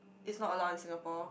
it's not allowed in Singapore